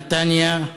נתניה,